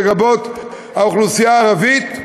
לרבות האוכלוסייה הערבית,